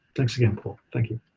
thanks again, paul. thank you.